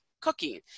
cooking